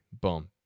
Boom